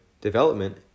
development